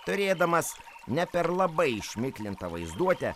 turėdamas ne per labai išmiklintą vaizduotę